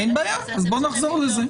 אין בעיה אז בואו נחזור לזה.